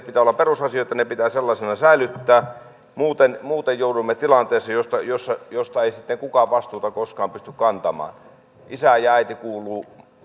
pitää olla perusasioita ne pitää sellaisina säilyttää muuten muuten joudumme tilanteeseen josta ei sitten kukaan vastuuta koskaan pysty kantamaan isä ja äiti kuuluvat